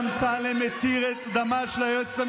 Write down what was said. היא התירה את דמנו.